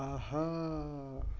آہا